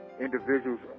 individuals